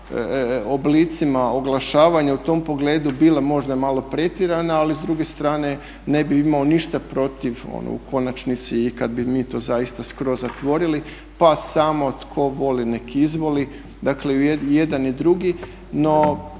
oblicima oglašavanja u tom pogledu bila možda malo pretjerana, ali s druge strane ne bih imao ništa protiv u konačnici i kada mi to zaista skroz zatvorili, pa samo tko voli nek izvoli, dakle jedan i drugi.